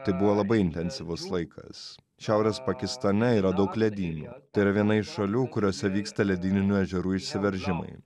tai buvo labai intensyvus laikas šiaurės pakistane yra daug ledynų tai yra viena iš šalių kuriose vyksta ledyninių ežerų išsiveržimai